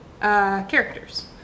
characters